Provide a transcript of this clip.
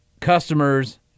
customers